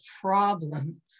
problem